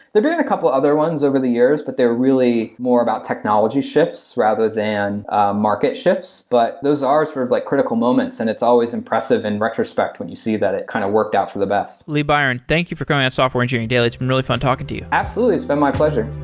been been a couple of other ones over the years, but they're really more about technology shifts rather than market shifts, but those are sort of like critical moments and it's always impressive in retrospect when you see that it kind of worked out for the best lee byron, thank you for coming on software engineering daily. it's been really fun talking to you. absolutely. it's been my pleasure